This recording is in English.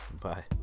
bye